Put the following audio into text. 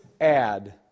add